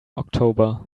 october